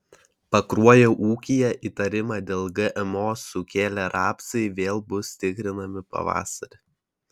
pakruojo ūkyje įtarimą dėl gmo sukėlę rapsai vėl bus tikrinami pavasarį